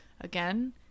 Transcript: Again